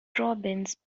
robbins